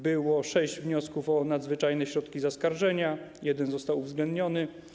Było sześć wniosków o nadzwyczajne środki zaskarżenia, jeden został uwzględniony.